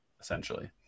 essentially